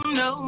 no